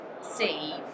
see